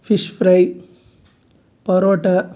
fish fry parotta